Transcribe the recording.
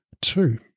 Two